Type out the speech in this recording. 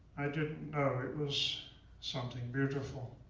i didn't it was something beautiful.